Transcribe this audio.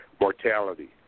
mortality